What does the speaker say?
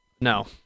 No